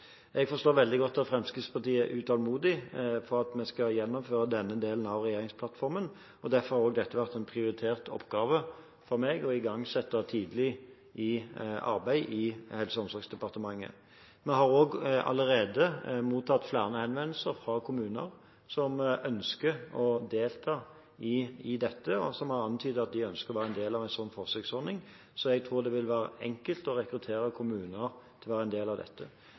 Jeg forstår veldig godt at Fremskrittspartiet er utålmodig for at vi skal gjennomføre denne delen av regjeringsplattformen. Derfor har det vært en prioritert oppgave for meg tidlig å igangsette dette arbeidet i Helse- og omsorgsdepartementet. Vi har allerede mottatt flere henvendelser fra kommuner som ønsker å delta i dette, og som har antydet at de ønsker å være en del av en sånn forsøksordning, så jeg tror det vil være enkelt å rekruttere kommuner til å være en del av dette.